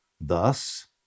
Thus